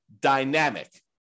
dynamic